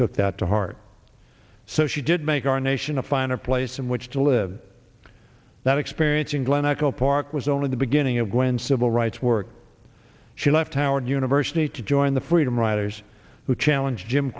took that to heart so she did make our nation a fine a place in which to live that experience in glen echo park was only the beginning of when civil rights work she left howard university to join the freedom riders who challenge jim